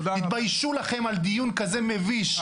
תתביישו לכם על דיון כזה מביש.